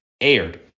aired